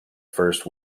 first